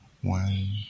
one